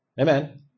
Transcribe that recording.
Amen